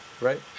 right